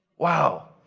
wow,